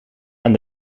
aan